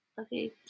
okay